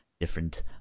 different